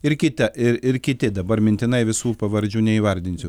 ir kiti ir ir kiti dabar mintinai visų pavardžių neįvardinsiu